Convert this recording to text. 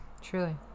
truly